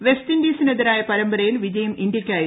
west ഇൻഡീസിനെതിരായ പരമ്പരയിൽ വിജയം ഇന്ത്യയ്ക്കായിരുന്നു